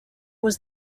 was